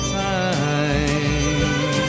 time